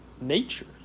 nature